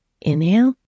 Inhale